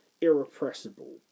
irrepressible